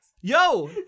Yo